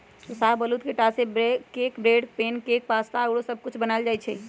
शाहबलूत के टा से cake, bread, pancake, pasta आउरो सब कुछ बनायल जाइ छइ